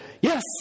yes